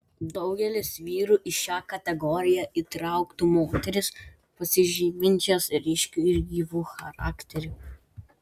daugelis vyrų į šią kategoriją įtrauktų moteris pasižyminčias ryškiu ir gyvu charakteriu